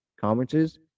conferences